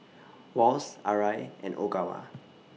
Wall's Arai and Ogawa